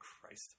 Christ